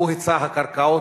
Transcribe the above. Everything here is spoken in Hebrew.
הוא היצע הקרקעות,